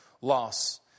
loss